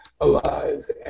alive